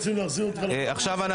יש לנו